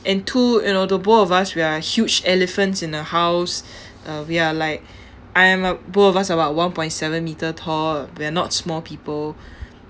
and two you know the both of us we are huge elephants in the house uh we are like I am a both of us are about one point seven metre tall we are not small people